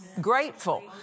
Grateful